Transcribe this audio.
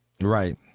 Right